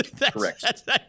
Correct